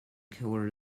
killer